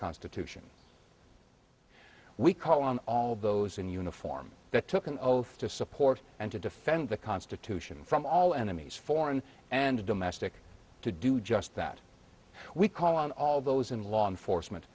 constitution we call on all those in uniform that took an oath to support and to defend the constitution from all enemies foreign and domestic to do just that we call on all those in law enforcement